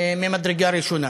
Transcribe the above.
ממדרגה ראשונה.